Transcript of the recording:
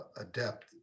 adept